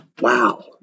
wow